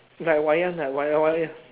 it's like wayang lah wayang wayang